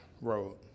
road